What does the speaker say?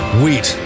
wheat